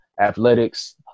athletics